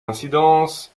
incidence